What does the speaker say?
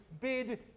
bid